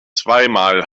zweimal